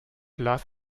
las